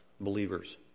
believers